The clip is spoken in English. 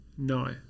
No